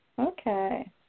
Okay